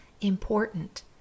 important